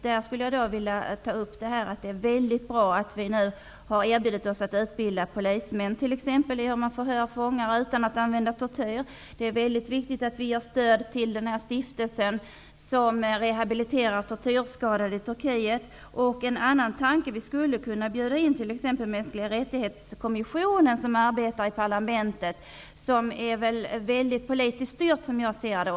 Det är väldigt bra att vi nu erbjudit oss att utbilda polismän t.ex. i hur man förhör fångar utan att använda tortyr. Det är viktigt att vi ger stöd till stiftelsen som rehabiliterar tortyrskadade i Turkiet. Kanske skulle vi också kunna bjuda in kommissionen för de mänskliga rättigheterna som arbetar i parlamentet och som är väldigt politiskt styrd, som jag ser det.